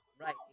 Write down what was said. Right